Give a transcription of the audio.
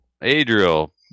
Adriel